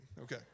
Okay